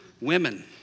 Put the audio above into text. Women